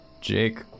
Jake